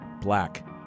black